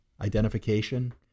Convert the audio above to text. identification